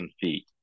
feet